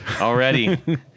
already